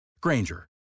Granger